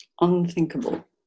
unthinkable